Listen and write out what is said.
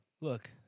look